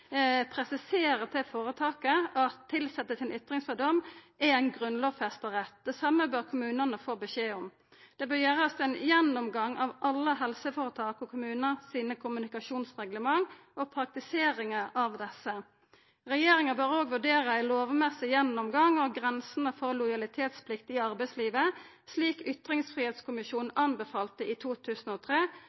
presisera overfor føretaket at tilsette sin ytringsfridom er ein grunnlovfest rett. Det same bør kommunane få beskjed om. Det bør gjerast ein gjennomgang av alle helseføretak og kommunar sine kommunikasjonsreglement og praktiseringa av desse. Regjeringa bør òg vurdera ein lovmessig gjennomgang av grensene for lojalitetsplikt i arbeidslivet, slik Ytringsfridomskommisjonen anbefalte i 2003,